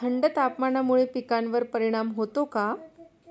थंड तापमानामुळे पिकांवर परिणाम होतो का?